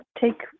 take